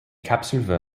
kapsel